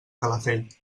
calafell